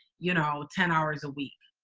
you know, ten hours a week,